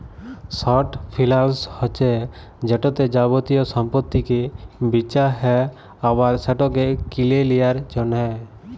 short ফিলালস হছে যেটতে যাবতীয় সম্পত্তিকে বিঁচা হ্যয় আবার সেটকে কিলে লিঁয়ার জ্যনহে